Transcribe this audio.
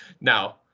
Now